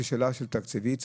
זו שאלה תקציבית,